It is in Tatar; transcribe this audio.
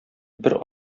бер